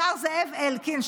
השר זאב אלקין,